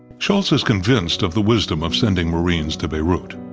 shultz is convinced of the wisdom of sending marines to beirut.